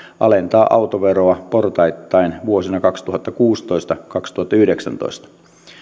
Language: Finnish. alentaa autoveroa portaittain vuosina kaksituhattakuusitoista viiva kaksituhattayhdeksäntoista